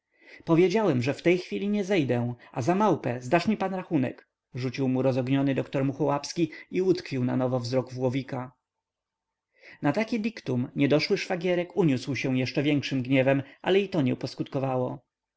powiedziałem że w tej chwili nie zejdę a za małpę zdasz mi pan rachunek rzucił mu rozogniony dr muchołapski i utkwił na nowo wzrok w łowika na takie dictum niedoszły szwagierek uniósł się jeszcze większym gniewem ale i to nie poskutkowało